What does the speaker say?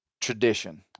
Tradition